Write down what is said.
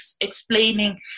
explaining